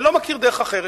אני לא מכיר דרך אחרת.